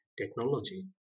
technology